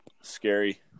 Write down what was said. Scary